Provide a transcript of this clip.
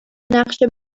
نقشه